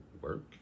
work